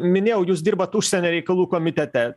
minėjau jūs dirbat užsienio reikalų komitete